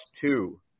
two